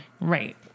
Right